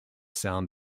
sound